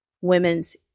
women's